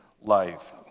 life